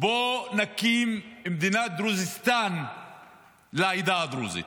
בואו נקים מדינת דרוזיסטאן לעדה הדרוזית,